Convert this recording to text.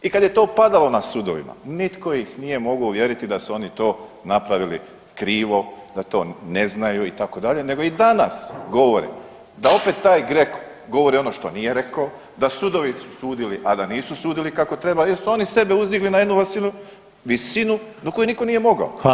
I kad je to padalo na sudovima nitko ih nije mogao uvjeriti da su oni to napravili krivo, da to ne znaju itd. nego i danas govore da opet taj GRECO govori ono što nije rekao, da sudovi su sudili a da nisu sudili kako treba jer su oni sebe uzdigli na jednu visinu na koju nitko nije mogao.